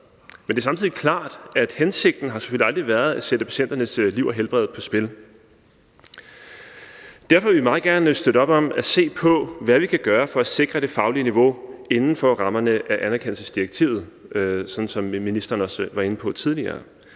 men det er samtidig klart, at hensigten selvfølgelig aldrig har været at sætte patienternes liv og helbred på spil. Derfor vil vi meget gerne støtte op om at se på, hvad vi kan gøre for at sikre det faglige niveau inden for rammerne af anerkendelsesdirektivet, sådan som ministeren også var inde på tidligere,